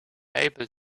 able